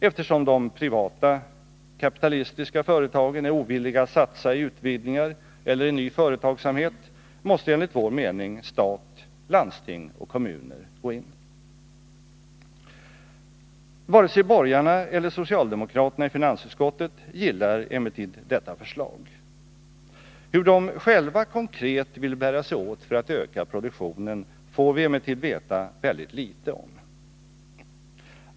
Eftersom de privata kapitalistiska företagen är ovilliga att satsa i utvidgningar eller i ny företagsamhet måste enligt vår mening stat, landsting och kommuner gå in. Varken borgarna eller socialdemokraterna i finansutskottet gillar emellertid detta förslag. Hur de själva konkret vill bära sig åt för att öka produktionen får vi emellertid veta väldigt litet om.